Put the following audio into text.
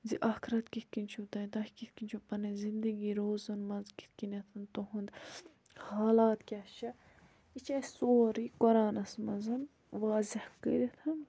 زِ آخرت کِتھ کٔنۍ چھُو تۄہہِ تۄہہِ کِتھ کٔنۍ چھُو پَنٕنۍ زِندگی روزُن مان ژٕ کِتھ کٔنیٚتھَن تُہُنٛد حالات کیاہ چھِ یہِ چھِ اَسہِ سورُے قۄرانَس منٛزَن واضح کٔرِتھ